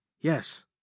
yes